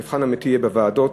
המבחן האמיתי יהיה בוועדות.